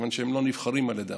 כיוון שהם לא נבחרים על ידם,